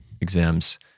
exams